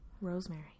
Rosemary